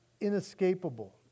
inescapable